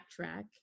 backtrack